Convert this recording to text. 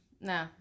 No